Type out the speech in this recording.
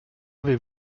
avez